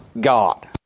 God